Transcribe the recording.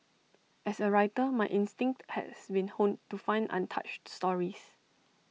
as A writer my instinct has been honed to find untouched stories